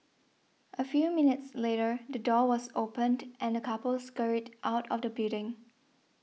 a few minutes later the door was opened and the couple scurried out of the building